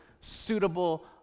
suitable